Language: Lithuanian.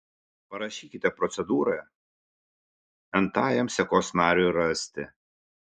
parašykite procedūrą n tajam sekos nariui rasti